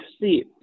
See